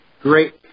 Great